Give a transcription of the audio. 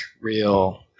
real